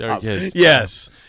yes